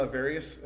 various